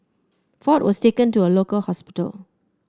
Ford was taken to a local hospital